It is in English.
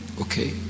okay